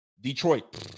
Detroit